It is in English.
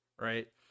Right